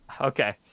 Okay